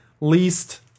least